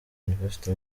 university